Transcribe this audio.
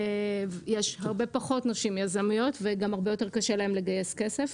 יש הרבה פחות נשים יזמיות וגם הרבה יותר קשה להם לגייס כסף.